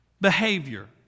behavior